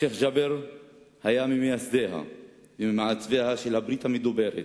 שיח' ג'בר היה ממייסדיה וממעצביה של הברית המדוברת,